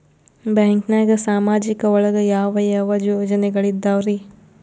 ಬ್ಯಾಂಕ್ನಾಗ ಸಾಮಾಜಿಕ ಒಳಗ ಯಾವ ಯಾವ ಯೋಜನೆಗಳಿದ್ದಾವ್ರಿ?